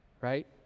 right